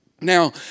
Now